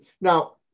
now